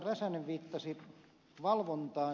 räsänen viittasi valvontaan